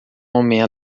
homem